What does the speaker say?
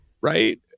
Right